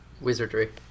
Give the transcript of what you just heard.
Wizardry